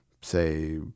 say